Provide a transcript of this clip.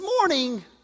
morning